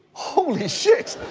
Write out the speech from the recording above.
holy shit!